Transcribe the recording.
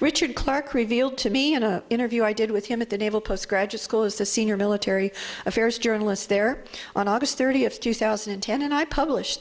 richard clarke revealed to me in a interview i did with him at the naval postgraduate school as a senior military affairs journalist there on aug thirtieth two thousand and ten and i publish